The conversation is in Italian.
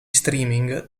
streaming